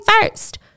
first